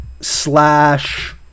slash